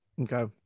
Okay